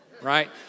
right